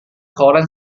koran